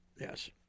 yes